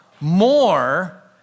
more